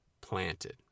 planted